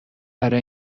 برا